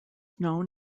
known